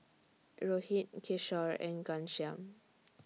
Rohit Kishore and Ghanshyam